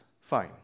Fine